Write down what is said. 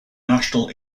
national